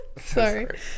Sorry